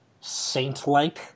saint-like